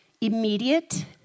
immediate